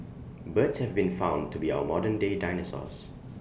birds have been found to be our modernday dinosaurs